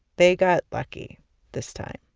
they got lucky this time